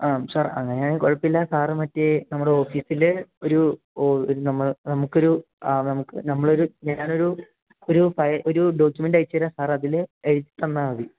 ആ സർ അങ്ങനെയാണെങ്കില് കുഴപ്പമില്ല സാര് മറ്റേ നമ്മുടെ ഓഫീസില് ഒരു ഞാനൊരു ഒരു ഒരു ഡോക്യുമെൻ്റ് അയച്ചുതരാം സാറതില് എഴുതിത്തന്നാല് മതി